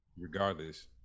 regardless